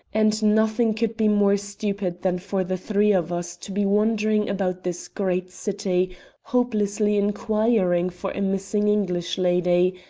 and nothing could be more stupid than for the three of us to be wandering about this great city hopelessly inquiring for a missing english lady,